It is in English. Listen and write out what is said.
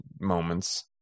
moments